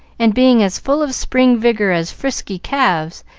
and, being as full of spring vigor as frisky calves,